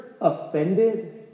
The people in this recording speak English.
Offended